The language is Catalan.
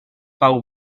pau